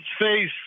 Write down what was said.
face